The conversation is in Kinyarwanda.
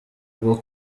bwo